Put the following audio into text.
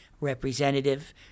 representative